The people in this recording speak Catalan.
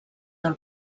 del